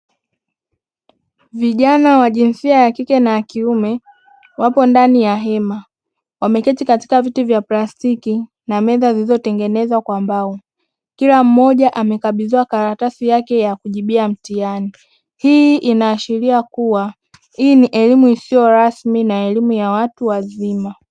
Vijana wa jinsia ya kike na kiume wapo ndani ya hema wameketi katika viti vya plastiki na meza zilizotengenezwa kwa mbao kila mmoja amekabidhiwa karatasi yake ya kujibia mtihani, hii inaashiria kuwa ni elimu isiyo rasmi na elimu ya watu wazima.